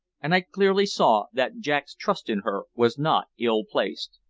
and i clearly saw that jack's trust in her was not ill-placed.